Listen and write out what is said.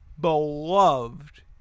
Beloved